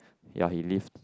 ya he leave